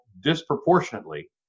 disproportionately